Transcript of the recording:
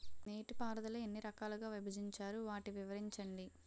నీటిపారుదల ఎన్ని రకాలుగా విభజించారు? వాటి వివరించండి?